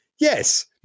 Yes